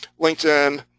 LinkedIn